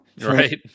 Right